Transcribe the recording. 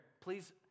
Please